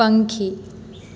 પંખી